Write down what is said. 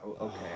okay